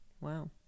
Wow